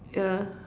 yeah